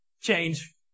change